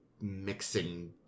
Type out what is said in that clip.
mixing